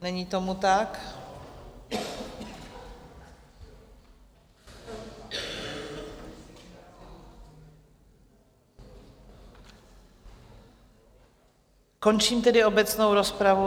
Není tomu tak, končím tedy obecnou rozpravu